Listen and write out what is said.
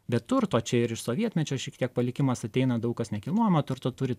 bet turto čia ir iš sovietmečio šiek tiek palikimas ateina daug kas nekilnojamo turto turi